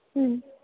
ம்